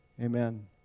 amen